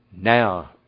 Now